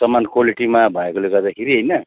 सामान क्वालिटीमा भएकोले गर्दाखेरि होइन